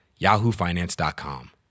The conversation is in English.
yahoofinance.com